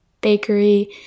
bakery